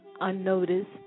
unnoticed